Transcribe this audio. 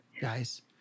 guys